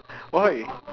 why